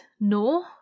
no